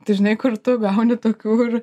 tai žinai kur tu gauni tokių ir